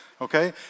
Okay